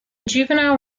juvenile